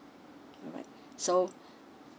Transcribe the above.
you're right so